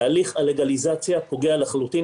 תהליך הלגליזציה פוגע לחלוטין,